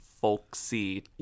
folksy